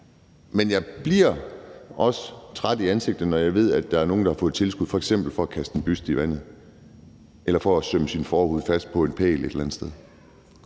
Men jeg bliver også træt i ansigtet, når jeg ved, at der er nogle, der har fået tilskud f.eks. til at kaste en buste i vandet eller til at sømme sin forhud fast på en pæl et eller andet sted.